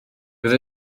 fydd